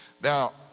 Now